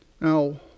Now